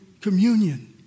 communion